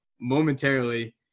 momentarily